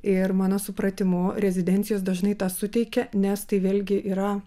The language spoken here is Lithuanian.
ir mano supratimu rezidencijos dažnai tą suteikia nes tai vėlgi yra